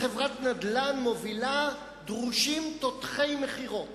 לחברת נדל"ן מובילה דרושים תותחי מכירות.